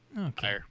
Okay